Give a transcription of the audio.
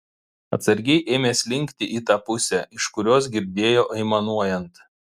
atsargiai ėmė slinkti į tą pusę iš kurios girdėjo aimanuojant